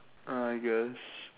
uh I guess